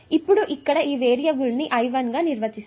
ఇప్పుడు ఇక్కడ ఈ వేరియబుల్ ని I1 గా నిర్వచిస్తాను